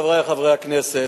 חברי חברי הכנסת,